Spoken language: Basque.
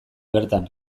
bertan